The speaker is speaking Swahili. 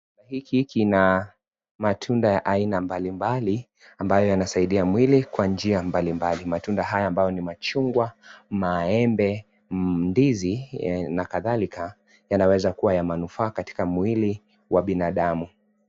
Hiki kina matunda ya aina mbalimbali ambayo yanasaidia mwili kwa njia mbalimbali, matunda haya ambayo ni machungwa, maembe, ndizi na kadhalika yanaweza kua ya manufaa katika mwili wa binadamu.